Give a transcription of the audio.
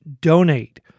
donate